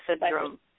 syndrome